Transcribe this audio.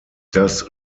das